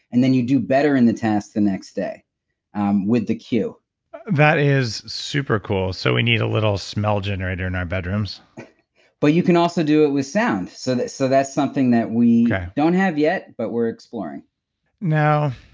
and then you do better in the task the next day um with the cue that is super cool. so, we need a little smell generator in our bedrooms but you can also do it with sound, so so that's something that we don't have yet, but we're exploring bulletproof